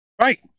Right